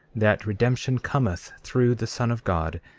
that redemption cometh through the son of god,